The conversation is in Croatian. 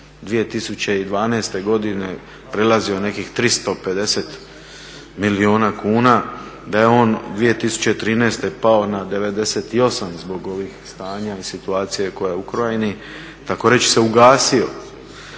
2012.godine prelazio nekih 350 milijuna kuna, da je on 2013.pao na 98 zbog ovih stanja i situacija koja je u Ukrajini takoreći se ugazio